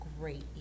great